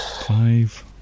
Five